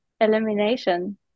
elimination